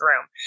room